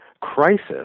crisis